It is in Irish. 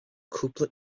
cúpla